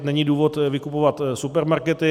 Není důvod vykupovat supermarkety.